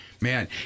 man